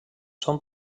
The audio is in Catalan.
són